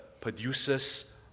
produces